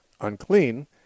unclean